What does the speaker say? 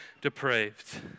depraved